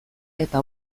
eta